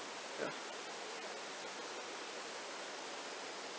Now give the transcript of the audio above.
ya